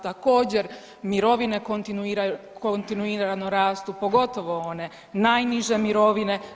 Također mirovine kontinuirano rastu, pogotovo one najniže mirovine.